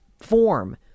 form